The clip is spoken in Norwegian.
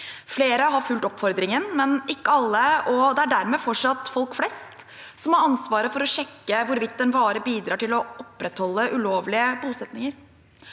Flere har fulgt oppfordringen, men ikke alle. Dermed er det folk flest som får ansvaret for å sjekke hvorvidt en vare bidrar til å opprettholde ulovlige bosettinger.